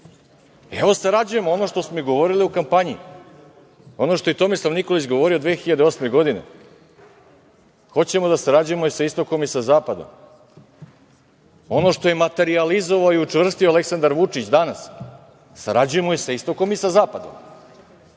sarađujemo, ono što smo i govorili u kampanji, ono što je i Tomislav Nikolić govorio 2008. godine, hoćemo da sarađujemo i sa istokom i sa zapadom, ono što je materijalizovao i učvrstio Aleksandar Vučić danas, sarađujemo i sa istokom i sa zapadom.